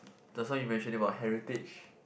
just now you mentioned about heritage